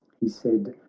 he said,